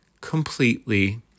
completely